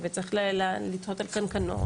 וצריך לתהות על קנקנו.